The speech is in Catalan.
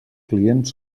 clients